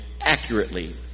accurately